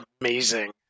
amazing